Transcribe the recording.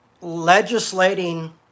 legislating